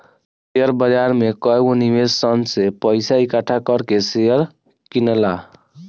share बाजार में कएगो निवेशक सन से पइसा इकठ्ठा कर के शेयर किनला